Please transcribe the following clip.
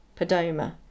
Podoma